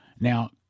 Now